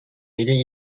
ile